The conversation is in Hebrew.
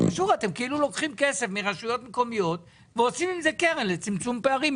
מי הרשה לכם לקחת כסף מהרשויות המקומיות ולתת את זה קרן לצמצום פערים?